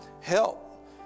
help